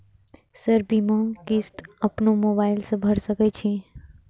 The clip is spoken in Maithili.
सर बीमा किस्त अपनो मोबाईल से भर सके छी?